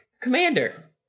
Commander